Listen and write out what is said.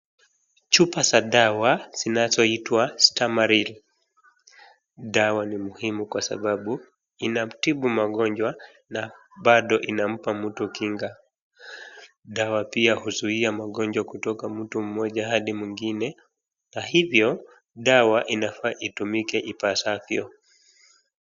Chupa za dawa zinazoitwa stamaril, dawa ni muhimu kwasababu, inatibu magonjwa na bado inampa mtu kinga. Dawa pia huzuia magonjwa kutoka mtu mmoja adi mwingine, na hiyo, dawa inafaa itumike ipasavyo.